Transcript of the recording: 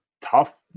tough